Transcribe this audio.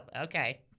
okay